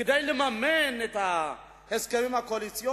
כשאתה שותה מים מן הכוס,